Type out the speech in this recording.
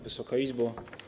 Wysoka Izbo!